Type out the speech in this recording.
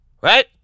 Right